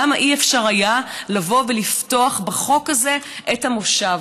למה לא היה אפשר לפתוח בחוק הזה את המושב?